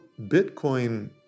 Bitcoin